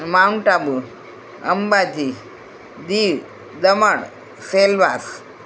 mount Abu Ambaji Diu Daman Silvassa